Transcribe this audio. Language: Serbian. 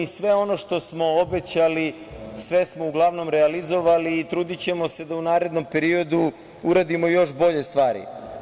I sve ono što smo obećali, sve smo uglavnom realizovali i trudićemo se da u narednom periodu uradimo još bolje stvari.